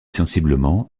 sensiblement